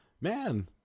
man